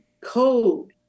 code